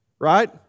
right